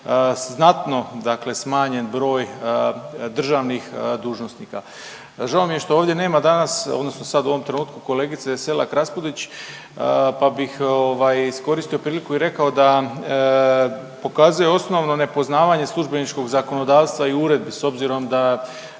dakle smanjen broj državnih dužnosnika. Žao mi je što ovdje nema danas, odnosno sad u ovom trenutku kolegice Selak-Raspudić pa bih iskoristio priliku i rekao da pokazuje osnovno nepoznavanje službeničkog zakonodavstva i uredbi s obzirom da